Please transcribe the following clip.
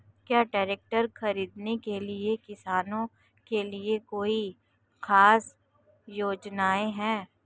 क्या ट्रैक्टर खरीदने के लिए किसानों के लिए कोई ख़ास योजनाएं हैं?